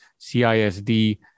cisd